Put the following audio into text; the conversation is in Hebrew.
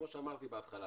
כמי שאמרתי בהתחלה